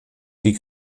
die